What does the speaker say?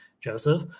Joseph